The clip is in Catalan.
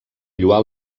lloar